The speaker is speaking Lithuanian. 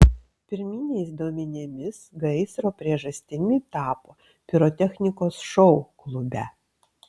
pirminiais duomenimis gaisro priežastimi tapo pirotechnikos šou klube